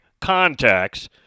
contacts